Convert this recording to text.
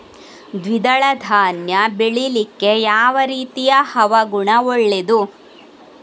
ದ್ವಿದಳ ಧಾನ್ಯ ಬೆಳೀಲಿಕ್ಕೆ ಯಾವ ರೀತಿಯ ಹವಾಗುಣ ಒಳ್ಳೆದು?